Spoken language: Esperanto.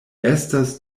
estas